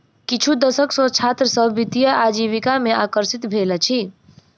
किछु दशक सॅ छात्र सभ वित्तीय आजीविका में आकर्षित भेल अछि